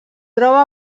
troba